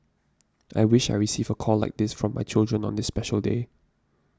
I wish I receive a call like this from my children on this special day